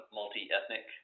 multi-ethnic